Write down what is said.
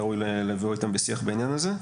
מן הראוי לבוא איתם בשיח בעניין הזה.